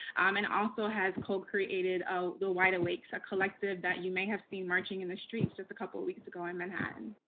um and also has co-created ah the wide awake so collective that you may have seen marching in the streets just a couple of weeks ago in manhattan.